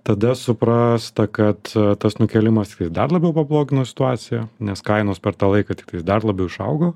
tada suprasta kad tas nukėlimas dar labiau pablogino situaciją nes kainos per tą laiką tiktais dar labiau išaugo